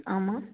ஆமாம்